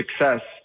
success